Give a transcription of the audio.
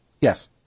Yes